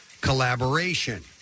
collaboration